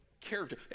character